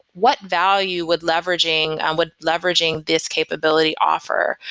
what value would leveraging and would leveraging this capability offer?